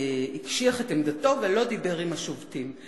הקשיח את עמדתו ולא דיבר עם השובתים.